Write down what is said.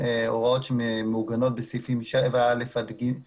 הוראות שמעוגנות בסעיפים 7(א) עד 7(ג)